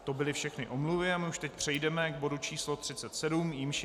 To byly všechny omluvy a my už teď přejdeme k bodu číslo 37, jímž je